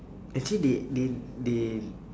actually they they they